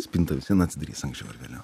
spinta vis vien atsidarys anksčiau ar vėliau